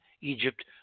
Egypt